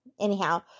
Anyhow